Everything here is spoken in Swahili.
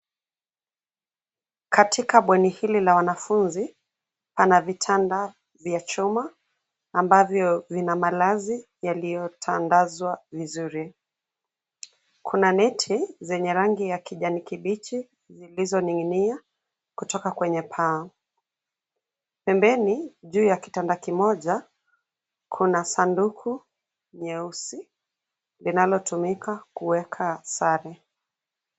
Katika bweni hili la wanafunzi pana vitanda vya chuma ambavyo vina malazi yaliyotandazwa vizuri. Kuna neti zenye rangi ya kijani kibichi zilizoning'inia kutoka kwenye paa. Pembeni, juu ya kitanda kimoja, kuna sanduku nyeusi linalotumika kuweka sare.